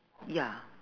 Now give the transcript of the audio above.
ya